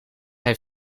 hij